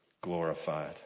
glorified